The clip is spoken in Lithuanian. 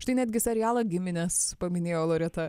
štai netgi serialą giminės paminėjo loreta